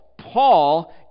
Paul